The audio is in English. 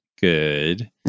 good